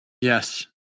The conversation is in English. Yes